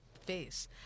face